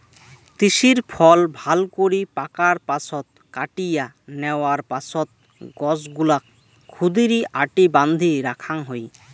তিসির ফল ভালকরি পাকার পাছত কাটিয়া ন্যাওয়ার পাছত গছগুলাক ক্ষুদিরী আটি বান্ধি রাখাং হই